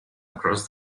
across